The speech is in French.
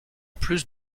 plus